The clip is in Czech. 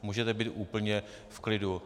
Můžete být úplně v klidu.